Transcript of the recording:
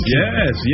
yes